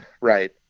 Right